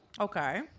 Okay